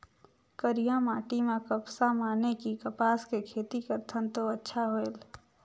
करिया माटी म कपसा माने कि कपास के खेती करथन तो अच्छा होयल?